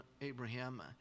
Abraham